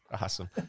Awesome